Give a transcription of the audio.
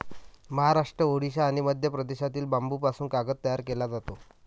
महाराष्ट्र, ओडिशा आणि मध्य प्रदेशातील बांबूपासून कागद तयार केला जातो